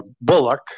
Bullock